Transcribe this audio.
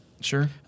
Sure